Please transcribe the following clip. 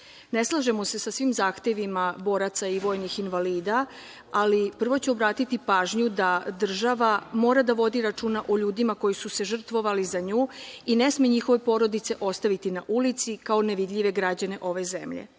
slažemo se sa svim zahtevima boraca i vojnih invalida, ali prvo ću obratiti pažnju da država mora da vodi računa o ljudima koji su se žrtvovali za nju i ne sme njihove porodice ostaviti na ulici kao nevidljive građane ove zemlje. Ratni